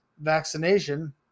Vaccination